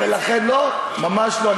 ממש לא.